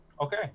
Okay